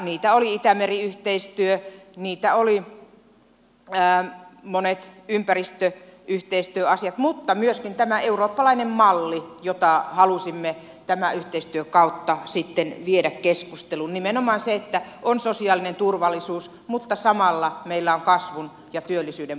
niitä oli itämeri yhteistyö niitä olivat monet ympäristöyhteistyöasiat mutta myöskin tämä eurooppalainen malli jota halusimme tämän yhteistyön kautta sitten viedä keskusteluun nimenomaan se että on sosiaalinen turvallisuus mutta samalla meillä on kasvun ja työllisyyden politiikkaa